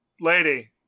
Lady